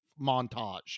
montage